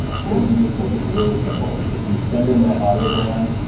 so you just make it really simple. if you send them that audiogram,